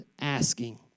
asking